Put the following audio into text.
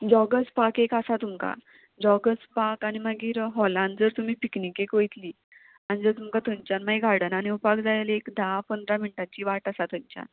joggers park एक आसा तुमकां जॉगस पार्क आनी मागीर हॉलांत जर तुमी पिकनिकेक वयतली आनी जर तुमकां थंयच्यान मागीर गार्डनान येवपाक जाय आनी एक धा पंदरा मिनटांची वाट आसा थंयच्यान